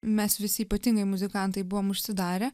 mes visi ypatingai muzikantai buvom užsidarę